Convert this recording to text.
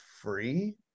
free